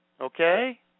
okay